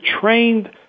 trained